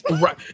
right